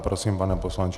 Prosím pane poslanče.